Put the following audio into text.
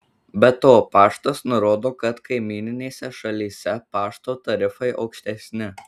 be to paštas nurodo kad kaimyninėse šalyse pašto tarifai aukštesni